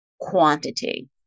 quantity